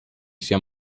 sia